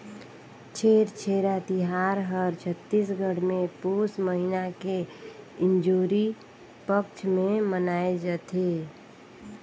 छेरछेरा तिहार हर छत्तीसगढ़ मे पुस महिना के इंजोरी पक्छ मे मनाए जथे